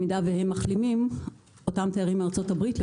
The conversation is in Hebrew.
למשל מארצות הברית,